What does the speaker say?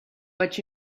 but